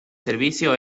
servicio